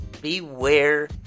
Beware